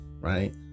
right